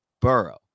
burrow